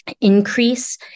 increase